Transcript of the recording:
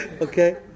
Okay